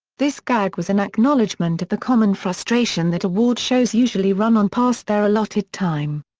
this gag was an acknowledgment of the common frustration that award shows usually run on past their allotted time.